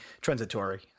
transitory